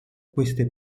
queste